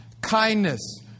kindness